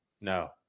No